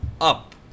up